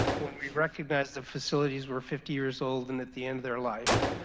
when we recognize the facilities were fifty years old and at the end of their life.